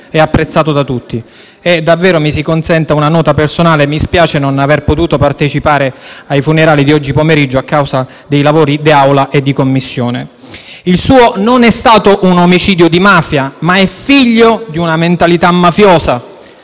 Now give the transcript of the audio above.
e apprezzato da tutti. A tal proposito, davvero mi si consenta una nota personale: mi spiace non aver potuto partecipare ai funerali di oggi pomeriggio a causa dei lavori di Assemblea e di Commissione. Il suo non è stato un omicidio di mafia, ma è figlio di una mentalità mafiosa.